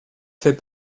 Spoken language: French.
fait